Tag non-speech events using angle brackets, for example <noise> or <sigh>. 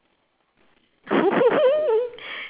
<laughs>